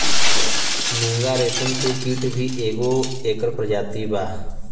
मूंगा रेशम के कीट भी एगो एकर प्रजाति बा